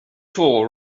tool